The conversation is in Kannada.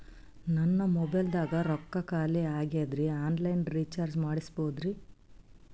ನನ್ನ ಮೊಬೈಲದಾಗ ರೊಕ್ಕ ಖಾಲಿ ಆಗ್ಯದ್ರಿ ಆನ್ ಲೈನ್ ರೀಚಾರ್ಜ್ ಮಾಡಸ್ಬೋದ್ರಿ?